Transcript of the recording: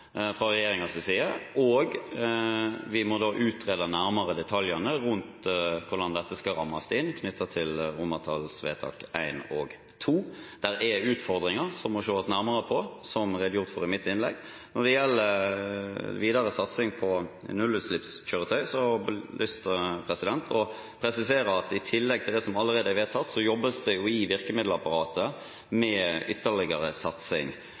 fra Stortinget i denne saken, og vi må da utrede detaljene nærmere rundt hvordan dette skal rammes inn, knyttet til romertallsvedtak I og II. Der er det utfordringer som må ses nærmere på, som redegjort for i mitt innlegg. Når det gjelder videre satsing på nullutslippskjøretøy, har jeg lyst til å presisere at i tillegg til det som allerede er vedtatt, jobbes det i virkemiddelapparatet med ytterligere satsing.